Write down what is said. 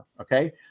Okay